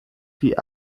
die